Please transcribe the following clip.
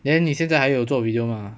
then 你现在还有做 video mah !huh!